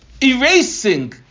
erasing